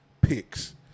picks